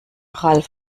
ralf